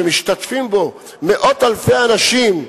שמשתתפים בו מאות אלפי אנשים,